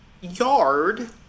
yard